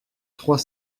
trois